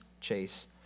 chase